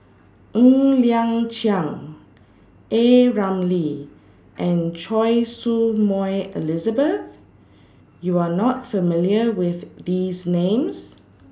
Ng Liang Chiang A Ramli and Choy Su Moi Elizabeth YOU Are not familiar with These Names